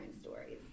stories